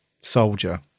soldier